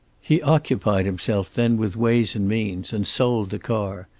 he occupied himself then with ways and means, and sold the car.